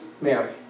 Mary